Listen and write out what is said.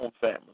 family